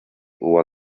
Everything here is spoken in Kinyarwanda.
uwa